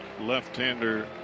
left-hander